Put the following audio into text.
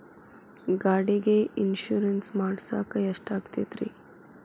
ಗಾಡಿಗೆ ಇನ್ಶೂರೆನ್ಸ್ ಮಾಡಸಾಕ ಎಷ್ಟಾಗತೈತ್ರಿ?